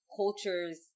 cultures